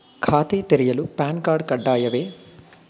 ಖಾತೆ ತೆರೆಯಲು PAN card ಕಡ್ಡಾಯವೇ?